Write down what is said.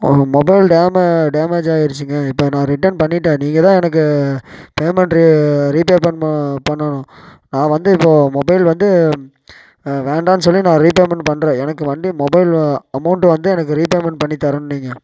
mobile டேமே damage ஆகிருச்சிங்க இப்போ நான் ரிட்டன் பண்ணிட்டேன் நீங்கள் தான் எனக்கு பேமெண்ட ரீ ரீபேமெண்ட் பண்ணணும் நான் வந்து இப்போது மொபைல் வந்து வேண்டாம்னு சொல்லி நான் ரீபேமெண்ட் பண்ணுறேன் எனக்கு வந்து மொபைல் அமௌண்ட் வந்து எனக்கு ரீபேமெண்ட் பண்ணி தரணும் நீங்கள்